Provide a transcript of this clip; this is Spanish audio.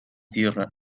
tierra